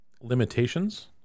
limitations